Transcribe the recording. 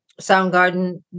Soundgarden